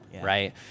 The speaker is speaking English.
Right